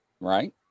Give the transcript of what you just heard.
Right